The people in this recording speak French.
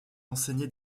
enseigné